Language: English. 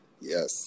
yes